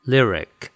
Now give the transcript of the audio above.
Lyric